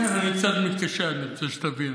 כן, אני קצת מתקשה, אני רוצה שתבין.